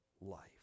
life